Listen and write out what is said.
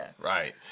Right